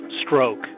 stroke